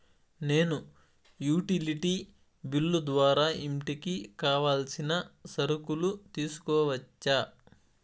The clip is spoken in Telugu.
నేను యుటిలిటీ బిల్లు ద్వారా ఇంటికి కావాల్సిన సరుకులు తీసుకోవచ్చా?